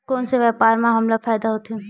कोन से व्यापार म हमला फ़ायदा होथे?